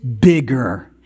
bigger